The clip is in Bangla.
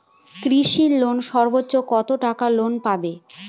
কৃষি লোনে সর্বোচ্চ কত টাকা লোন পাবো?